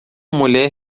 mulher